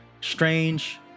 Strange